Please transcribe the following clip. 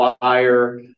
fire